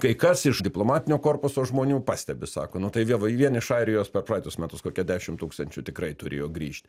kai kas iš diplomatinio korpuso žmonių pastebi sako nu tai vie vien iš airijos per praeitus metus kokia dešimt tūkstančių tikrai turėjo grįžti